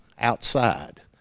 outside